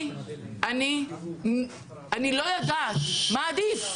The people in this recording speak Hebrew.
אני לא יודעת מה עדיף.